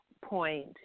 point